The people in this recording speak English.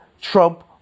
Trump